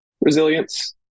Resilience